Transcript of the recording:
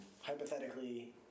hypothetically